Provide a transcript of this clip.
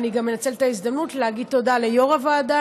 ואני גם אנצל את ההזדמנות להגיד תודה ליו"ר הוועדה,